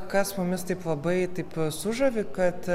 kas mumis taip labai taip sužavi kad